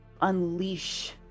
unleash